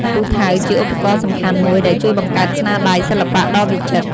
ពូថៅជាឧបករណ៍សំខាន់មួយដែលជួយបង្កើតស្នាដៃសិល្បៈដ៏វិចិត្រ។